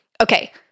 Okay